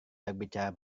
berbicara